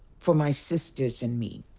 for my sisters and me.